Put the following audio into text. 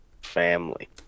family